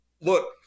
look